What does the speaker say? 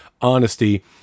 honesty